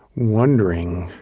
wondering,